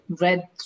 read